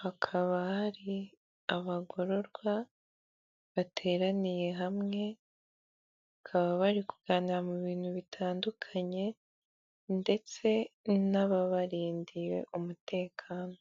hakaba hari abagororwa bateraniye hamwe, bakaba bari kuganira mu bintu bitandukanye ndetse n'ababarindiye umutekano.